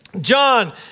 John